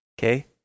Okay